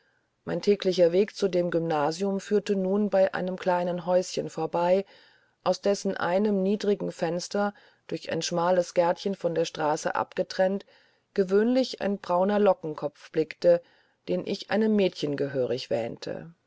mein täglicher weg zu dem gymnasium führte nun bei einem kleinen häuschen vorüber aus dessen einem niederen fenster durch ein schmales gärtchen von der straße abgetrennt gewöhnlich ein brauner lockenkopf blickte den ich einem mädchen gehörig wähnte